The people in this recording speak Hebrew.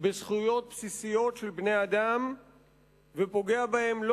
בזכויות בסיסיות של בני-אדם ופוגע בהם לא